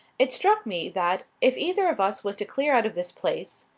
it struck me that, if either of us was to clear out of this place,